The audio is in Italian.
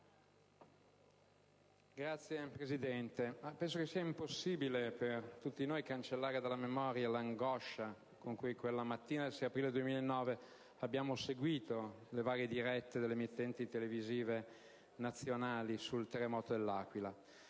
Signor Presidente, penso che sia impossibile per tutti noi cancellare dalla memoria l'angoscia con cui quella mattina del 6 aprile 2009 abbiamo seguito le varie dirette delle emittenti televisive nazionali sul terremoto dell'Aquila;